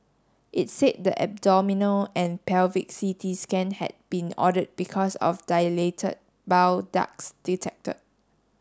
it said the abdominal and pelvic C T scan had been ordered because of dilated bile ducts detected